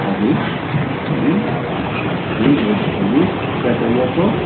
ہاں جی جی جی بولیے کیا چاہیے آپ کو